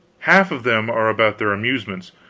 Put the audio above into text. half of them are about their amusements,